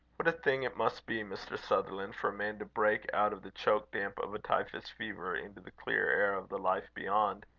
what a thing it must be, mr. sutherland, for a man to break out of the choke-damp of a typhus fever into the clear air of the life beyond!